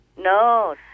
no